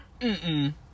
Mm-mm